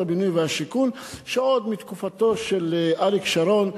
הבינוי והשיכון עוד מתקופתו של אריק שרון,